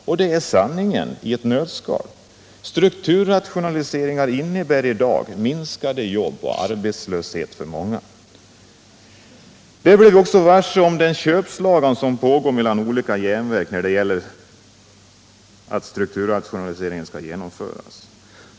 Detta är sanningen i ett nötskal: strukturrationaliseringar innebär i dag minskade jobb och arbetslöshet för många. Där blev vi också varse den köpslagan som pågår mellan olika järnverk när det gäller att genomföra strukturrationaliseringen.